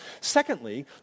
Secondly